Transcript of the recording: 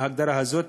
עם ההגדרה הזאת,